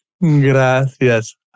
Gracias